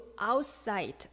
outside